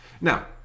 Now